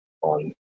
on